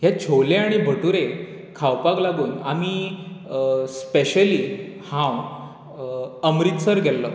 हे छोले आनी भटुरे खावपाक लागून आमी स्पेशली हांव अमृतसर गेल्लों